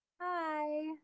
hi